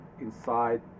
inside